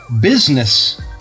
business